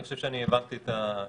אני חושב שהבנתי את שאלת